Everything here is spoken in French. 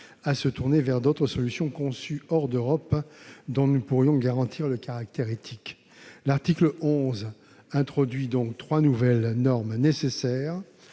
à se tourner vers d'autres solutions conçues hors d'Europe, dont nous ne pourrions garantir le caractère éthique. L'article 11 introduit donc trois nouvelles normes nécessaires